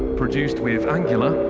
produced with angular,